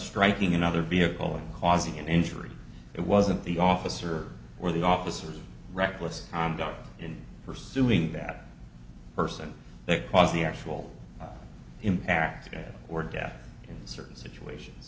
striking another vehicle causing an injury it wasn't the officer or the officer reckless conduct in pursuing that person that caused the actual impact there were deaths in certain situations